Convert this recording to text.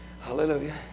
Hallelujah